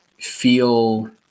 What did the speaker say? feel